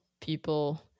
people